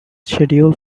schedule